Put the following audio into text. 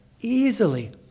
easily